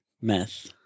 Meth